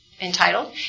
entitled